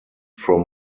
from